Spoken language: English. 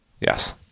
yes